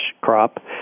crop